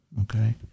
okay